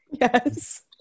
yes